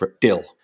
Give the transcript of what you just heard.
dill